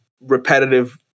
repetitive